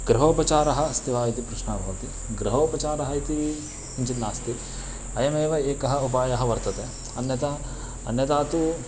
गृहोपचारः अस्ति वा इति प्रश्नः भवति गृहोपचारः इति किञ्चित् नास्ति अयमेव एकः उपायः वर्तते अन्यता अन्यता तु